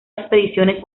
expediciones